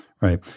right